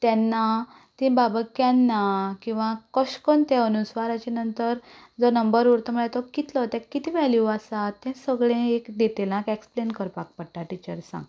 तेन्ना तीं बाबा केन्ना किंवा कशें करून ते अनुस्वाराचे नंतर जो नंबर उरता तो कितलो ताका कितें वॅल्यू आसा तें सगळें एक डिटेलान एक्सप्लेन करपाक पडटा टिचर्सांक